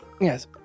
Yes